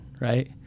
right